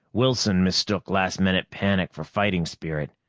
wilson mistook last-minute panic for fighting spirit.